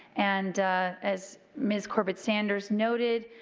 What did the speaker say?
and as ms. corbett sanders noted,